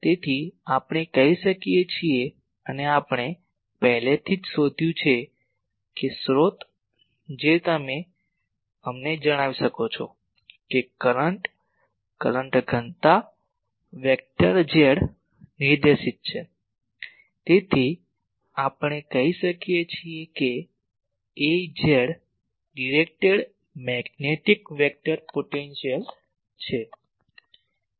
તેથી આપણે કહી શકીએ છીએ અને આપણે પહેલેથી જ શોધયું છે કે સ્રોત જે તમે અમને જણાવી શકો છો કે કરંટ કરંટ ઘનતા વેક્ટર z નિર્દેશિત છે તેથી આપણે કહી શકીએ કે A z directed magnetic vector potential છે